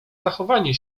zachowanie